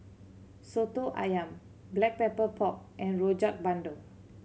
Soto Ayam Black Pepper Pork and Rojak Bandung